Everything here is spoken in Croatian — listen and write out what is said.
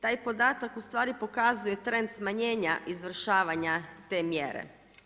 Taj podatak ustvari pokazuje trend smanjenja izvršavanja te mjere.